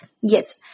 Yes